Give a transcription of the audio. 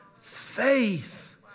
Faith